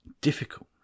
difficult